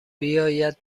بیاید